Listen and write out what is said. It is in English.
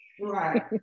right